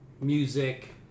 music